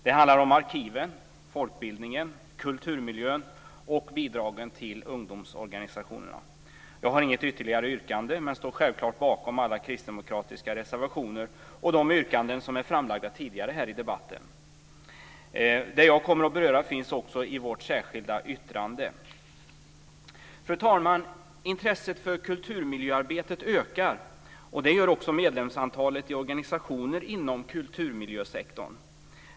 Det handlar om arkiven, folkbildningen, kulturmiljön och bidragen till ungdomsorganisationerna. Jag har inget yrkande men står självklart bakom alla kristdemokratiska reservationer och de yrkanden som är framlagda tidigare här i debatten. Det jag kommer att beröra finns också i vårt särskilda yttrande. Fru talman! Intresset för kulturmiljöarbetet ökar, och det gör också medlemsantalet i organisationer inom kulturmiljösektorn.